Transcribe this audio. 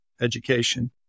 education